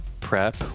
prep